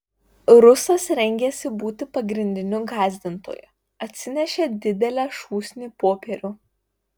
rusas rengėsi būti pagrindiniu gąsdintoju atsinešė didelę šūsnį popierių